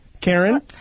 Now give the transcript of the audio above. Karen